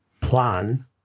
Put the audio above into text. plan